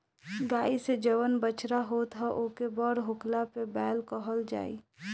गाई से जवन बछड़ा होत ह ओके बड़ होखला पे बैल कहल जाई